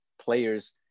players